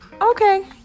Okay